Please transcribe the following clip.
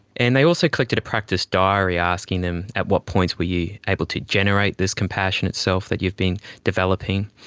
and they also collected a practice diary, asking them at what points were you able to generate this compassion itself that you've been developing,